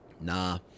Nah